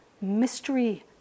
Mystery